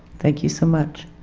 thank you so much.